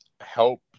help